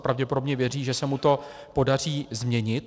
Pravděpodobně věří, že se mu to podaří změnit.